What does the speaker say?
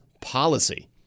policy